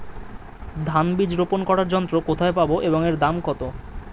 ধান বীজ রোপন করার যন্ত্র কোথায় পাব এবং এর দাম কত?